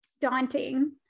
daunting